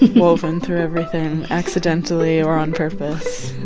woven through everything, accidentally or on purpose.